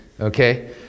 okay